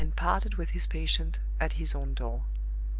and parted with his patient at his own door.